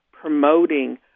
promoting